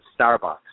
Starbucks